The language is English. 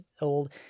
old